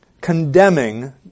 condemning